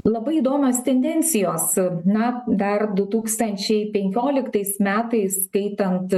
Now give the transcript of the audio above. labai įdomios tendencijos na dar du tūkstančiai penkioliktais metais skaitant